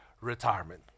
retirement